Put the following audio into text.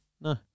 No